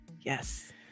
Yes